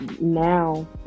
now